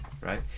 Right